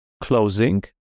closing